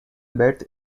beds